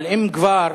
אבל אם כבר,